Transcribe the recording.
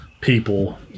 people